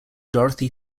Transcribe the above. dorothy